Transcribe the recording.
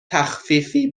تخفیفی